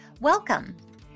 welcome